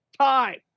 time